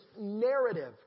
narrative